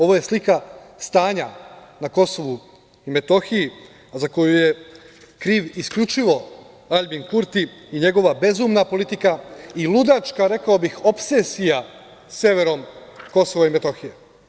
Ovo je slika stanja na Kosovu i Metohiji za koju je kriv isključivo Aljbin Kurti i njegova bezumna politika i ludačka, rekao bih, opsesija severom Kosova i Metohije.